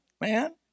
man